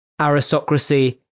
aristocracy